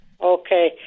Okay